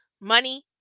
Money